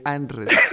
Andres